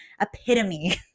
epitome